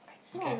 okay